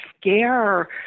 scare